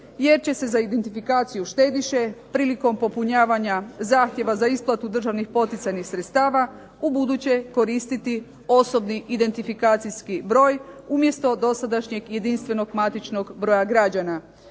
jer će se za identifikaciju štediše prilikom popunjavanja zahtjeva za isplatu državnih poticajnih sredstava ubuduće koristiti osobni identifikacijski broj umjesto dosadašnjeg jedinstvenog matičnog broja građana.